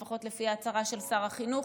לפחות לפי ההצהרה של שר החינוך.